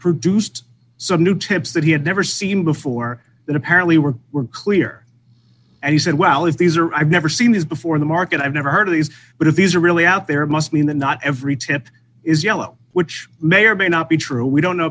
produced so new tips that he had never seen before that apparently were were clear and he said well if these are i've never seen this before the market i've never heard of these but if these are really out there must mean that not every temp is yellow which may or may not be true we don't know